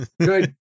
Good